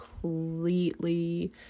completely